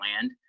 land